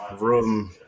room